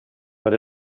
but